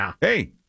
hey